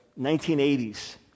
1980s